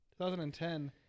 2010